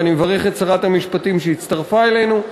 ואני מברך את שרת המשפטים שהצטרפה אלינו,